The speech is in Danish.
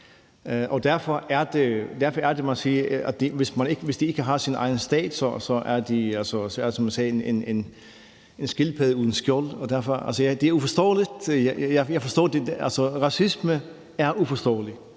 man må sige, at hvis de ikke har deres egen stat, er det som en skildpadde uden skjold. Det er uforståeligt. Altså, racisme er uforståeligt;